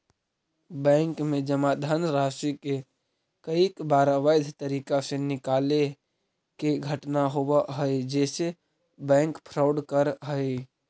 bank में जमा धनराशि के कईक बार अवैध तरीका से निकाले के घटना होवऽ हइ जेसे बैंक फ्रॉड करऽ हइ